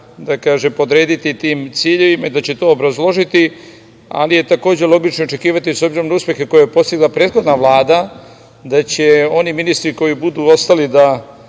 ekspozea podrediti tim ciljevima i da će to obrazložiti, ali je tako logično očekivati, obzirom na uspehe koje je postigla prethodna Vlada, da će oni ministri koji budu ostali da